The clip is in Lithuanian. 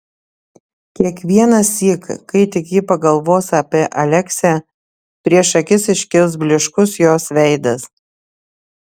kiekvienąsyk kai tik ji pagalvos apie aleksę prieš akis iškils blyškus jos veidas